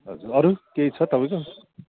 अरू केही छ तपाईँको